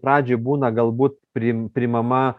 pradžioj būna galbūt prim priimama